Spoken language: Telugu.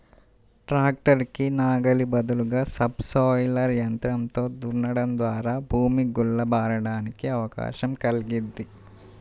ట్రాక్టర్ కి నాగలి బదులుగా సబ్ సోయిలర్ యంత్రంతో దున్నడం ద్వారా భూమి గుల్ల బారడానికి అవకాశం కల్గిద్ది